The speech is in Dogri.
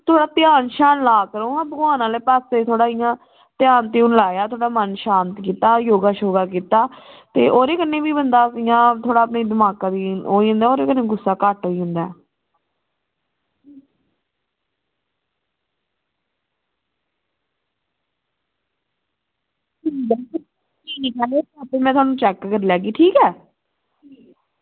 थोह्ड़ा ध्यान श्यान ला करो हां भगवान आह्ले पास्से गी थोह्ड़ा इ'यां ध्यान ध्यून लाया इ'यां थोह्ड़ा मन शांत कीता योग शोग कीता ते ओह्दे कन्नै बी बंदा इ'यां थोह्ड़ा अपने दमाका गी होई जंदा ओह्दे कन्नै गुस्सा घट्ट होई जंदा ऐ ठीक ऐ ते आपूं में तोआनू चेक करी लैगी ठीक ऐ